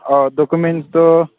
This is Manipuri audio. ꯑꯥꯎ ꯗꯣꯀꯨꯃꯟꯁꯇꯣ